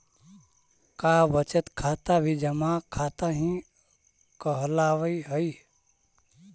का बचत खाता भी जमा खाता ही कहलावऽ हइ?